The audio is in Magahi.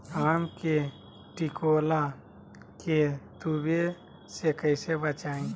आम के टिकोला के तुवे से कैसे बचाई?